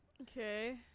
okay